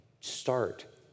start